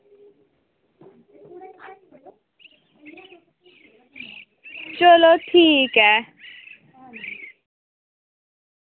चलो ठीक ऐ